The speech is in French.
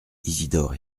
isidore